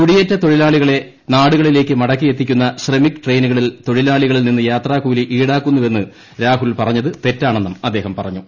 കുടിയേറ്റ തൊഴിലാളികളെ നാടുകളിലേക്ക് മടക്കിയെത്തിക്കുന്ന ശ്രമിക് ട്രെയിനുകളിൽ തൊഴിലാളികളിൽ നിന്ന് യാത്രാക്കൂലി ഈടാക്കുന്നുവെന്ന് രാഹുൽ പറഞ്ഞതും തെറ്റാണെന്നും അദ്ദേഹം പറഞ്ഞത്